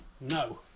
No